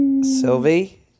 Sylvie